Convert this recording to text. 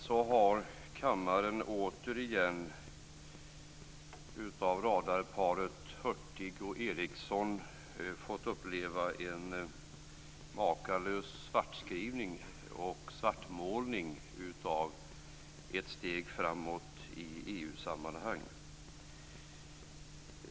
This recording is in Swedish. Så har kammaren återigen av radarparet Hurtig och Eriksson fått uppleva en makalös svartskrivning och svartmålning av ett steg framåt i EU-sammanhang.